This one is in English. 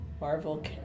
Marvel